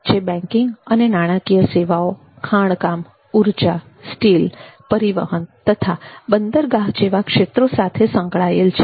જે બેન્કિંગ અને નાણાકીય સેવાઓ ખાણકામ ઉર્જા સ્ટીલ પરિવહન તથા બંદરગાહ જેવા ક્ષેત્રો સાથે સંકળાયેલ છે